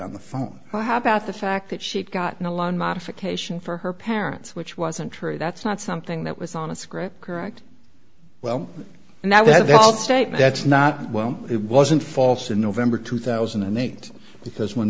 on the phone how about the fact that she'd gotten a lot of modification for her parents which wasn't true that's not something that was on a script correct well and now that they're all state that's not well it wasn't false in november two thousand and eight because when